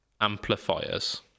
amplifiers